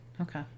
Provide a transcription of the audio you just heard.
Okay